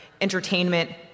entertainment